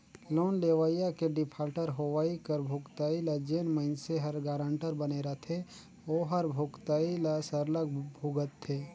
loan लेवइया के defaulter होवई कर भुगतई ल जेन मइनसे हर गारंटर बने रहथे ओहर भुगतई ल सरलग भुगतथे